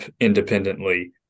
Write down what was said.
independently